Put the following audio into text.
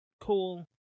cool